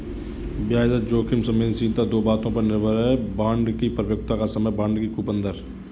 ब्याज दर जोखिम संवेदनशीलता दो बातों पर निर्भर है, बांड की परिपक्वता का समय, बांड की कूपन दर